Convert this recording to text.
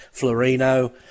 Florino